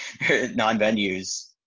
non-venues